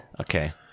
Okay